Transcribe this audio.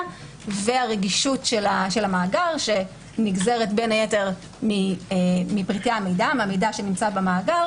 והרגישות של המאגר שנגזרת בין היתר מהמידע שנמצא במאגר